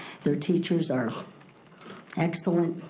their teachers are excellent,